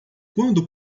quando